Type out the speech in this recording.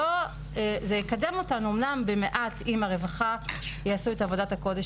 זה יקדם אותנו אומנם במעט אם הרווחה יעשו את עבודת הקודש